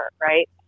right